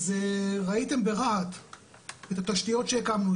אז ראיתם ברהט את התשתיות שהקמנו,